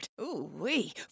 Ooh-wee